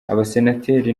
abasenateri